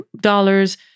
dollars